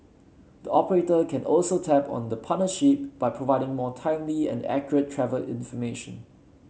the operator can also tap on the partnership by providing more timely and accurate travel information